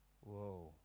Whoa